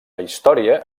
història